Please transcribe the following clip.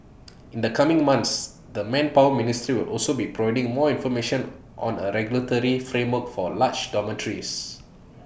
in the coming months the manpower ministry also be providing more information on A regulatory framework for large dormitories